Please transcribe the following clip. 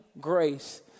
grace